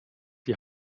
die